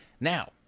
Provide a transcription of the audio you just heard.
now